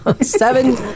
Seven